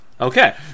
Okay